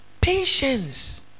patience